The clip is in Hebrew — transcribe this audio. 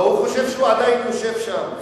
לא, הוא חושב שהוא עדיין יושב שם.